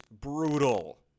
brutal